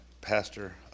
pastor